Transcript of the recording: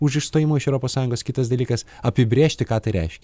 už išstojimą iš europos sąjungos kitas dalykas apibrėžti ką tai reiškia